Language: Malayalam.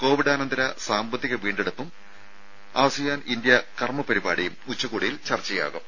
കോവിഡാനന്തര സാമ്പത്തിക വീണ്ടെടുപ്പും അസിയാൻ ഇന്ത്യ കർമ്മ പരിപാടിയും ഉച്ചകോടിയിൽ ചർച്ചയാകും